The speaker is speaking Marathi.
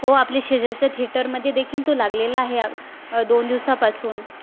हो आपले शेजारच्या थेटरमध्ये देखील तो लागलेला आहे अ दोन दिवसापासून